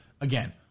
again